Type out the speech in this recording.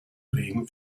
regen